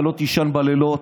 אתה לא תישן בלילות.